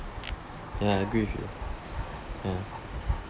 ya ya I agree with you ya